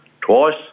twice